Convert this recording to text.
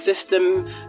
system